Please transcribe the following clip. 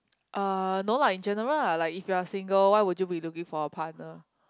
uh no lah in general lah like if you are single why would you be looking for a partner